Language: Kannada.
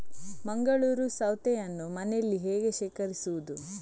ಮಂಗಳೂರು ಸೌತೆಯನ್ನು ಮನೆಯಲ್ಲಿ ಹೇಗೆ ಶೇಖರಿಸುವುದು?